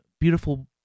beautiful